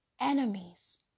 enemies